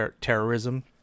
terrorism